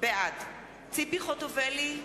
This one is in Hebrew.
בעד ציפי חוטובלי,